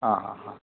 ആ ആ ഹ